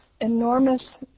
enormous